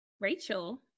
Rachel